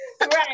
Right